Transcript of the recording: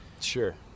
sure